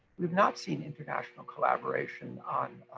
we've not seen international collaboration on